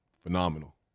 phenomenal